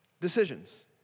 decisions